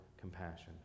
compassion